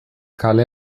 kale